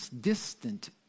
distant